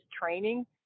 training